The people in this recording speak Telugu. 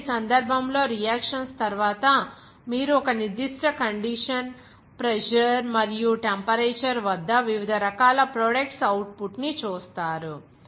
కాబట్టి ఈ సందర్భంలో రియాక్షన్స్ తరువాత మీరు ఒక నిర్దిష్ట కండిషన్ ప్రెజర్ మరియు టెంపరేచర్ వద్ద వివిధ రకాల ప్రొడక్ట్స్ ఔట్పుట్ ని చూస్తారు